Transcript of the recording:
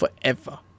forever